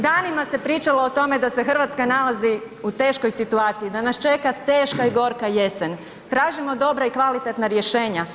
Danima se pričalo o tome da se RH nalazi u teškoj situaciji, da nas čeka teška i gorka jesen, tražimo dobra i kvalitetna rješenja.